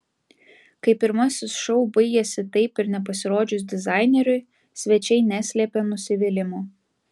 kai pirmasis šou baigėsi taip ir nepasirodžius dizaineriui svečiai neslėpė nusivylimo